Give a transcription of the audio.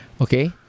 Okay